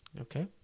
Okay